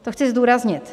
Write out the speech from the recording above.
To chci zdůraznit.